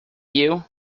you